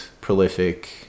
prolific